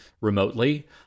remotely